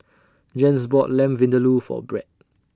Jens bought Lamb Vindaloo For Brett